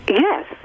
Yes